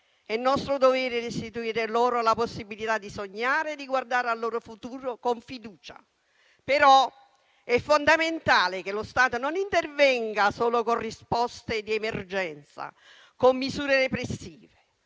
È nostro dovere restituire loro la possibilità di sognare e guardare al loro futuro con fiducia. È però fondamentale che lo Stato non intervenga solo con risposte di emergenza e misure repressive.